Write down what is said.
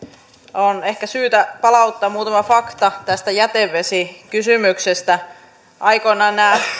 on ehkä syytä palauttaa mieleen muutama fakta tästä jätevesikysymyksestä nämä